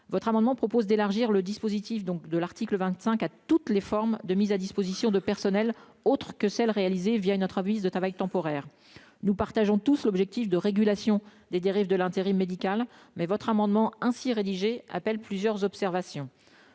votre amendement propose d'élargir le dispositif, donc de l'article 25 à toutes les formes de mise à disposition de personnels autre que celles réalisées via une autre ville de travail temporaire, nous partageons tous l'objectif de régulation des dérives de l'intérim médical mais votre amendement ainsi rédigé appelle plusieurs observations